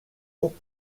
poc